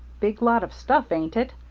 big lot of stuff, ain't it?